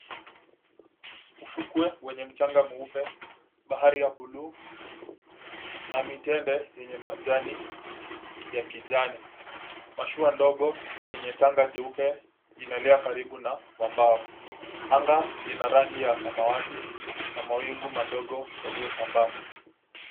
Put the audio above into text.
Ufukwe wenye mchanga mweupe, bahari ya buluu na mitende yenye majani ya kijani. Mashua ndogo yenye tanga jeupe inaelea karibu na mwambao. Anga lina rangi ya samawati na mawingu madogo yaliyosambaa.